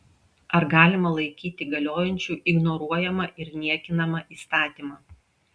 ar galima laikyti galiojančiu ignoruojamą ir niekinamą įstatymą